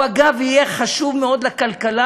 הוא, אגב, יהיה חשוב מאוד לכלכלה,